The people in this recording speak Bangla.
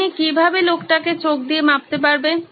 তুমি কিভাবে লোকটাকে চোখ দিয়ে মাপতে পারবে